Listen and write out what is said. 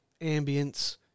ambience